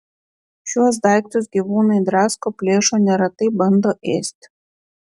šiuos daiktus gyvūnai drasko plėšo neretai bando ėsti